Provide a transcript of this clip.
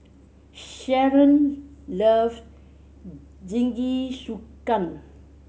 Shalon love Jingisukan